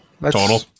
Total